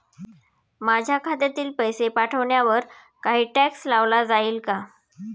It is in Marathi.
माझ्या खात्यातील पैसे पाठवण्यावर काही टॅक्स लावला जाईल का?